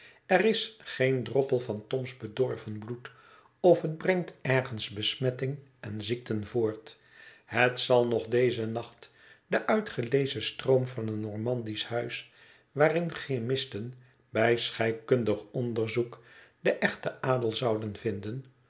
er is geen droppel van tom's bedorven bloed of het brengt ergens besmetting en ziekten voort het zal nog dezen nacht den uitgelezen stroom van een normandisch huis waarin chymisten bij scheikundig onderzoek den echten adel zouden vinden